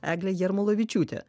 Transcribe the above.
eglė jarmolavičiūtė